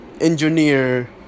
engineer